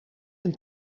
een